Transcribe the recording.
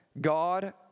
God